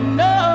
no